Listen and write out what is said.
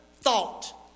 thought